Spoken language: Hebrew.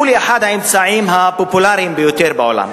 מחזיקה בידי העתק של סיקור מקרה טרגי שקרה ממש לאחרונה,